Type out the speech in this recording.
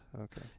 Okay